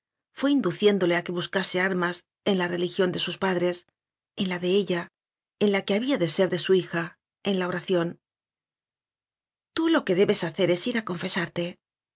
in duciéndole a que buscase armas en la religión de sus padres en la de ella en la que había de ser de su hija en la oración tú lo que debes hacer es ir a confesarte